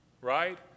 right